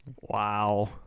Wow